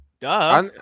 Duh